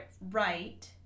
right